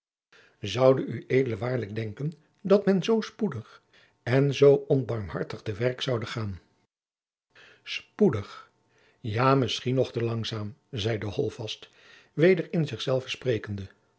zoude ued waarlijk denken dat men zoo spoedig en zoo onbarmhartig te werk zoude gaan spoedig ja misschien nog te langzaam zeide holtvast weder in zich zelven sprekende